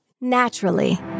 naturally